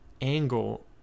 angle